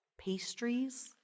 pastries